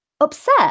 upset